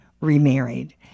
remarried